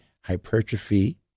hypertrophy